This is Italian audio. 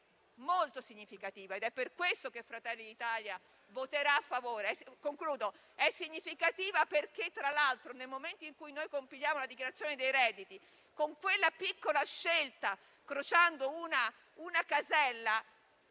molto significativa ed è per questo che Fratelli d'Italia voterà a favore. È significativa perché, tra l'altro, nel momento in cui noi compiliamo la dichiarazione dei redditi, con quella piccola scelta, barrando una casella,